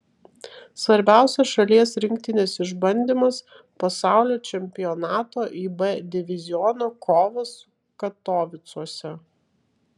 svarbiausias šalies rinktinės išbandymas pasaulio čempionato ib diviziono kovos katovicuose